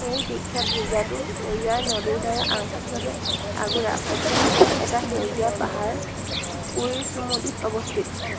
এই বিখ্যাত গীৰ্জাটো পেৰিয়াৰ নদীৰদ্বাৰা আংশিকভাৱে আগুৰা পশ্চিম ঘাটৰ এটা সেউজীয়া পাহাৰ কুৰিচুমুদিত অৱস্থিত